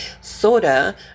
soda